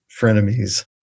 frenemies